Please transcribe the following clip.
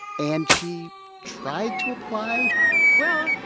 and she tried to apply well,